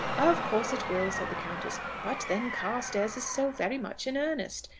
of course it will, said the countess. but then carstairs is so very much in earnest.